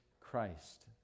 Christ